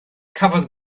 cafodd